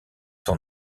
ton